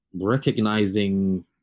recognizing